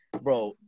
bro